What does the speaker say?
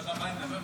אדוני היו"ר,